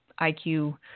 IQ